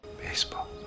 Baseball